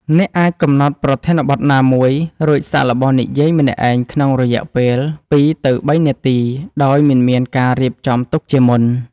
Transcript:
អ្នកអាចកំណត់ប្រធានបទណាមួយ រួចសាកល្បងនិយាយម្នាក់ឯងក្នុងរយៈពេល ២ ទៅ ៣ នាទី ដោយមិនមានការរៀបចំទុកជាមុន។